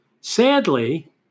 Sadly